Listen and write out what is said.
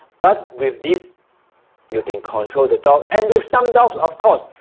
but with this you can control the dog and with some dogs, of course,